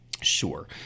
Sure